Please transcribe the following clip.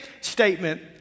statement